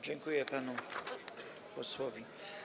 Dziękuję panu posłowi.